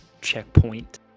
checkpoint